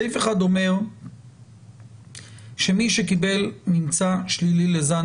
סעיף (1) אומר שמי שקיבל בבדיקה שלו ממצא שלילי לזן